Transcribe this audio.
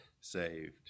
saved